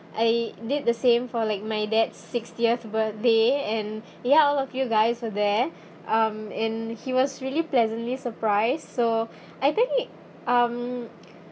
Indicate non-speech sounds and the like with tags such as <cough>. I did the same for like my dad's sixtieth birthday and <breath> ya all of you guys were there um and he was really pleasantly surprised so <breath> I think um